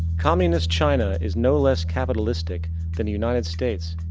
communist china is no less capitalistic than the united states.